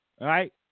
right